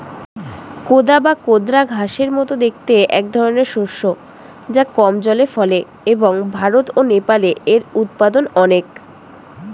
কোদা বা কোদরা ঘাসের মতো দেখতে একধরনের শস্য যা কম জলে ফলে এবং ভারত ও নেপালে এর উৎপাদন অনেক